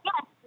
Yes